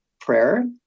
prayer